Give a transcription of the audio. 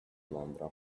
londra